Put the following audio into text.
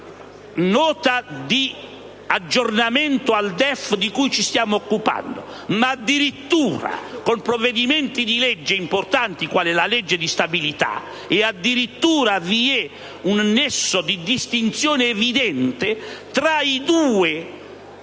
Nota di aggiornamento al DEF, di cui ci stiamo occupando, e provvedimenti di legge importanti, quali la legge di stabilità, ma addirittura vi è un nesso di distinzione evidente tra le due leggi